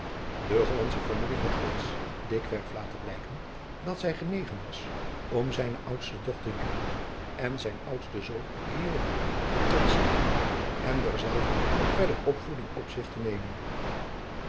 de hollandsche familie had reeds dikwerf laten blijken dat zij genegen was om zijne oudste dochter julie en zijn oudsten zoon guillaume tot zich en derzelver verdere opvoeding op zich te nemen